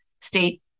state